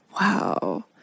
Wow